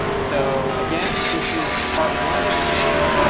so, again, this is part one of snake.